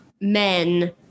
men